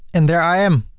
and there i am.